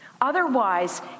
Otherwise